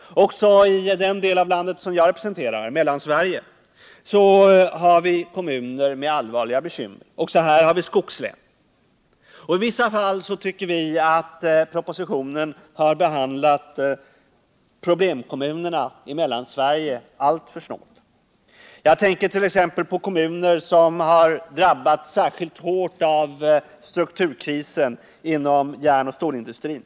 Även i den del av landet som jag representerar, Mellansverige, finns det kommuner med allvarliga bekymmer. Också här har vi skogslän. I vissa fall tycker vi att propositionen har behandlat problemkommunerna i Mellansverige alltför snålt. Jag tänker speciellt på kommuner som har drabbats särskilt hårt av strukturkrisen inom järnoch stålindustrin.